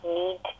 need